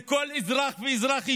את זה כל אזרח ואזרח ישלם,